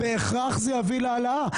בהכרח זה יביא להעלאה.